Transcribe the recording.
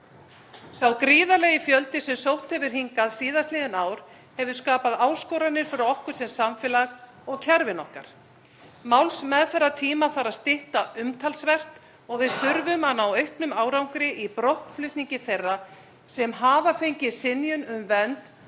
Sá gríðarlegi fjöldi sem sótt hefur hingað síðastliðin ár hefur skapað áskoranir fyrir okkur sem samfélag og kerfin okkar. Málsmeðferðartíma þarf að stytta umtalsvert og við þurfum að ná auknum árangri í brottflutningi þeirra sem hafa fengið synjun um vernd